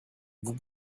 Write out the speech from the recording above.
vous